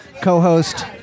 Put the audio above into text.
co-host